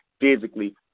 physically